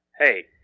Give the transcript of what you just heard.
Hey